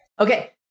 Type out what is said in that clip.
Okay